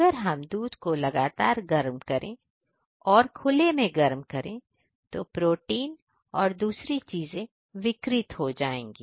अगर हम दूध को लगातार गर्म करें और खुले में गर्म करें तो प्रोटीन और दूसरी चीजें विकृत हो जाएंगे